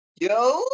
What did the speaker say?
Yo